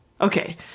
Okay